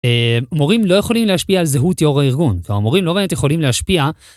מורים לא יכולים להשפיע על זהות יו"ר הארגון. המורים לא באמת יכולים להשפיע.